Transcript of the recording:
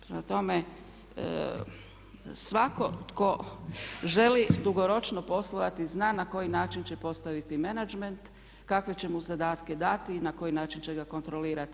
Prema tome, svatko tko želi dugoročno poslovati zna na koji način će postaviti menadžment, kakve će mu zadatke dati i na koji način će ga kontrolirati.